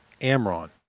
Amron